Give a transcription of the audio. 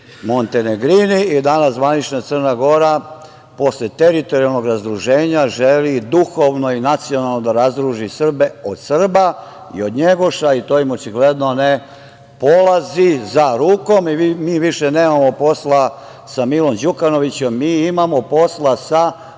montenegrini i danas zvanična Crna Gora posle teritorijalnog razduženja želi duhovno i nacionalno da razdruži Srbe od Srba i od Njegoša i to im očigledno ne polazi za rukom i mi više nemamo posla sa Milom Đukanovićem, mi imamo posla sa